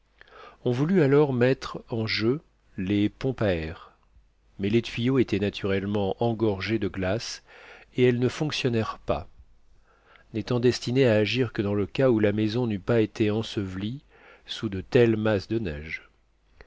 on voulut alors mettre en jeu les pompes à air mais les tuyaux étaient naturellement engorgés de glace et elles ne fonctionnèrent pas n'étant destinées à agir que dans le cas où la maison n'eût pas été ensevelie sous de telles masses de neige